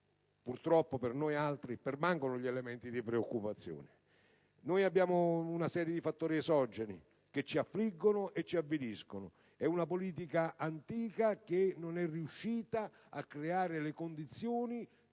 Sud, per noi altri, permangono elementi di preoccupazione. Vi sono una serie di fattori esogeni che ci affliggono ed avviliscono. Una politica antica non è riuscita a creare le condizioni